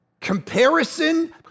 comparison